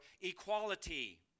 equality